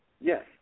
Yes